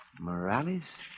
Morales